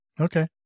Okay